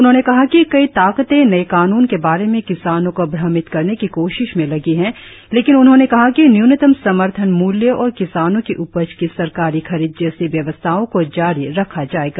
उनहोंने कहा कि कई ताकतें नए कानून के बारे में किसानों को भ्रमित करने की कोशिशों में लगी हैं लेकिन उन्होंने कहा कि न्यूनतम समर्थन मूल्य और किसानों की उपज की सरकारी खरीद जैसी व्यवस्थाओं को जारी रखा जाएगा